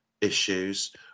issues